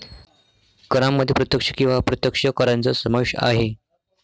करांमध्ये प्रत्यक्ष किंवा अप्रत्यक्ष करांचा समावेश आहे